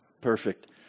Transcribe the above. perfect